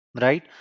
right